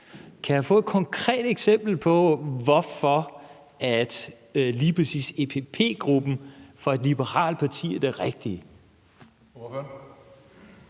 Kan jeg få et konkret eksempel på, hvorfor lige præcis EPP-gruppen for et liberalt parti er det rigtige?